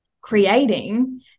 creating